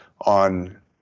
on